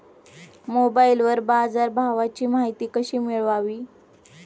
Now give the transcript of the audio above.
मोबाइलवर बाजारभावाची माहिती कशी मिळवावी?